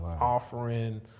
offering